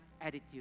attitude